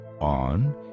on